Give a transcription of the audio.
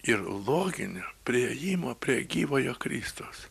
ir loginio priėjimo prie gyvojo kristaus